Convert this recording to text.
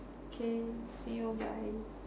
K see you bye